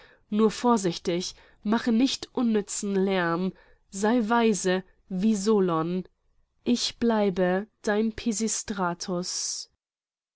nur vorsichtig mache nicht unnützen lärm sei weise wie solon ich bleibe dein